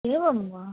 एवं वा